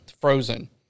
Frozen